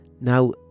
Now